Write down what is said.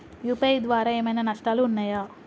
UPI ద్వారా ఏమైనా నష్టాలు ఉన్నయా?